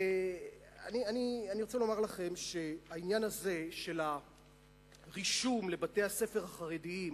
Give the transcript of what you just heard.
אני רוצה לומר לכם שהעניין הזה של הרישום לבתי-הספר החרדיים